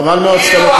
חבל מאוד שאתה